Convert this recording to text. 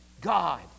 God